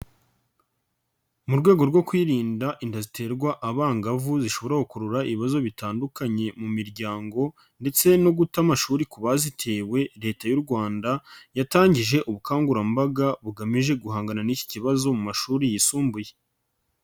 Mu rwego rwo kwirinda inda ziterwa abangavu zishobora gukurura ibibazo bitandukanye mu miryango ndetse no guta amashuri ku bazitewe Leta y'u Rwanda yatangije ubukangurambaga bugamije guhangana n'iki kibazo mu mashuri yisumbuye.